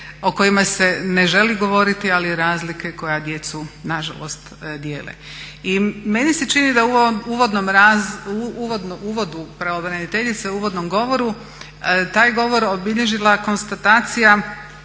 o kojima se ne želi govoriti ali razlike koja djecu nažalost dijele. I meni se čini da je u ovom uvodu pravobraniteljice, uvodnom govoru taj govor obilježila konstatacija